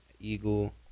eagle